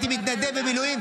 והייתי מתנדב במילואים,